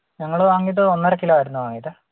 ഞങ്ങൾ വാങ്ങിയിട്ട് ഒന്നര കിലോ ആയിരുന്നു വാങ്ങിയത്